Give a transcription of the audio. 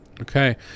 Okay